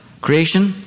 Creation